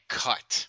cut